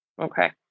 Okay